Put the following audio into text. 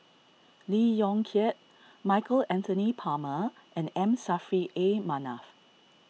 Lee Yong Kiat Michael Anthony Palmer and M Saffri A Manaf